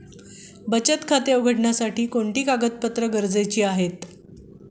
बचत खाते उघडण्यासाठी कोणते कागदपत्रे गरजेचे आहे?